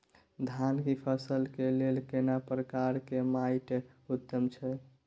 धान की फसल के लिये केना प्रकार के माटी उत्तम छै?